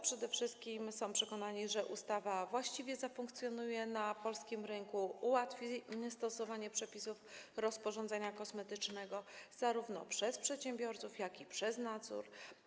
Przede wszystkim są przekonani, że ustawa właściwie zafunkcjonuje na polskim rynku, ułatwi stosowanie przepisów rozporządzenia kosmetycznego zarówno przez przedsiębiorców, jak i przez nadzór.